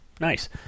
Nice